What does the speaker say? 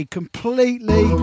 completely